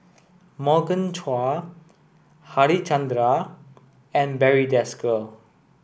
Morgan Chua Harichandra and Barry Desker